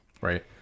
right